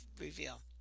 reveal